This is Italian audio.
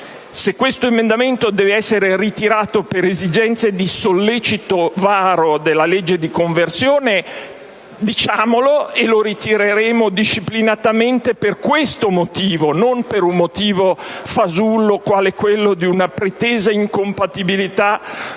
Se questo emendamento deve esser ritirato per esigenze di sollecito varo della legge di conversione, diciamolo e lo ritireremo disciplinatamente per questo motivo, non per un motivo fasullo quale quello di una pretesa incompatibilità